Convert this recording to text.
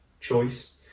choice